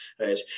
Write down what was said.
right